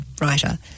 writer